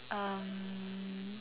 um